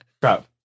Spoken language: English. Crap